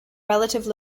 relative